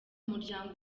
muryango